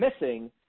missing